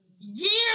Years